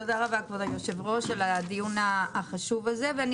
תודה רבה כבוד היושב ראש על הדיון החשוב הזה ואני